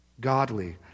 godly